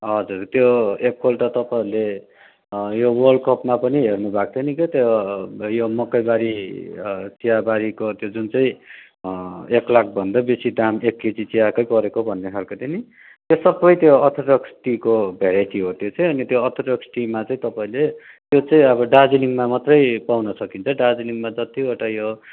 हजुर त्यो एकपल्ट तपाईँहरूले हँ यो वर्ल्डकपमा पनि हेर्नु भएको थियो नि क्या त्यो यो मकैबारी चियाबारीको त्यो जुन चाहिँ एक लाख भन्दा बेसी दाम एक केजी चियाकै परेको भन्ने खाल्को थियो नि त्यो सबै त्यो अर्थडक्स टीको भेराइटी हो त्यो चाहिँ अनि अर्थडक्स टीमा चाहिँ तपाईँले त्यो चाहिँ यो दार्जिलिङमा मात्रै पाउनु सकिन्छ दार्जिलिङमा जतिवटा यो